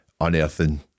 unearthing